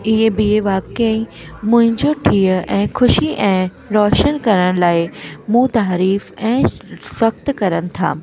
इहे बीअ वाकेईं मौजूदगीअ ऐं ख़ुशी ऐं रोशन करण लाइ मुंहंतारीफ़ ऐं फ़ख़ति करनि था